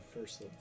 first